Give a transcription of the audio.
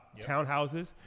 townhouses